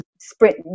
sprint